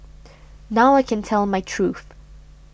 now I can tell my truth